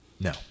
no